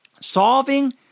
Solving